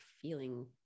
feeling